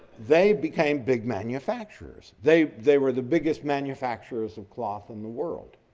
they became big manufacturers. they they were the biggest manufacturers of cloth in the world.